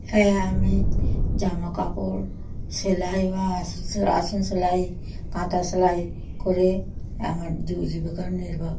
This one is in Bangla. হ্যাঁ আমি জামাকাপড় সেলাই বা আসন আসন সেলাই কাঁথা সেলাই করে আমার জী জীবিকা নির্বাহ